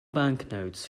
banknotes